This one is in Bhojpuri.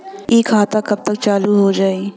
इ खाता कब तक चालू हो जाई?